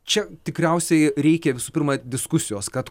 čia tikriausiai reikia visų pirma diskusijos kad